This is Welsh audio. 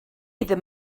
ddim